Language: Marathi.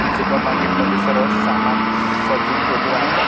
सुपरमार्केट मध्ये सर्व सामान सजवुन ठेवले राहतात